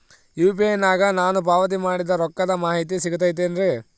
UPI ನಾಗ ನಾನು ಪಾವತಿ ಮಾಡಿದ ರೊಕ್ಕದ ಮಾಹಿತಿ ಸಿಗುತೈತೇನ್ರಿ?